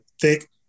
thick